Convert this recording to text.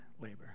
labor